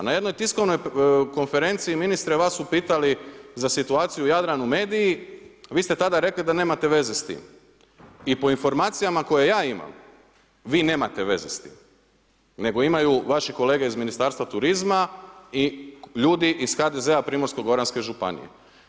Na jednoj tiskovnoj konferenciji ministre, vas su pitali za situaciju u Jadranu mediji, vi ste tada rekli da nemate veze s time i po informacijama koje ja imam, vi nemate veze s tim nego imaju vaši kolege iz Ministarstva turizma i ljudi iz HDZ-a Primorsko-goranske županije.